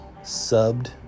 subbed